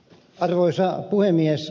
arvoisa puhemies